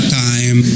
time